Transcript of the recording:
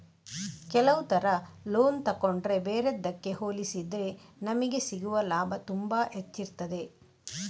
ಕೆಲವು ತರ ಲೋನ್ ತಗೊಂಡ್ರೆ ಬೇರೆದ್ದಕ್ಕೆ ಹೋಲಿಸಿದ್ರೆ ನಮಿಗೆ ಸಿಗುವ ಲಾಭ ತುಂಬಾ ಹೆಚ್ಚಿರ್ತದೆ